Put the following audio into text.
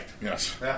Yes